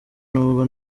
n’ubwo